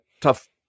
tough